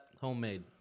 homemade